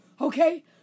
Okay